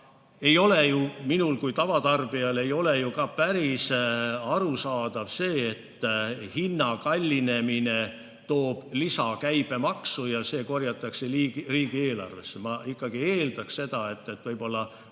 aga minule kui tavatarbijale ei ole päris arusaadav, et hinna kallinemine toob lisakäibemaksu ja see korjatakse riigieelarvesse. Ma ikkagi eeldaks seda, et võib-olla